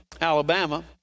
Alabama